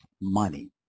money